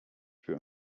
für